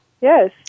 Yes